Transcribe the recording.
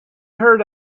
heard